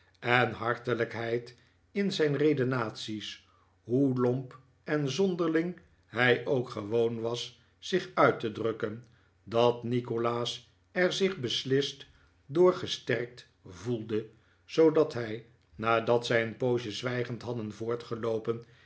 en hartelijkheid in zijn redenaties hoe lomp en zonderling hij ook gewoon was zich uit te drukken dat nikolaas er zich beslist door gesterkt voelde zoodat hij nadat zij een poosje zwijgend hadden